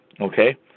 okay